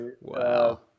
wow